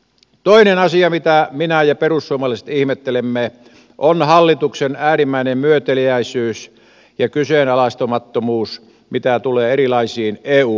toinen asia mitä minä ja perussuomalaiset ihmettelemme on hallituksen äärimmäinen myöteliäisyys ja kyseenalaistamattomuus mitä tulee erilaisiin eu maksuihin